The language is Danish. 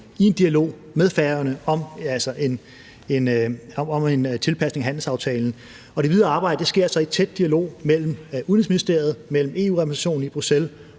i en dialog med Færøerne om en tilpasning af handelsaftalen. Det videre arbejde sker så i en tæt dialog mellem Udenrigsministeriet, EU-repræsentationen i Bruxelles